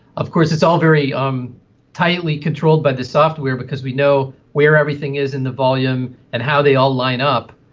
of course it's all very um tightly controlled by the software because we know where everything is in the volume and how they all line up,